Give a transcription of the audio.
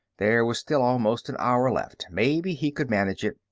there was still almost an hour left. maybe he could manage it.